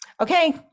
okay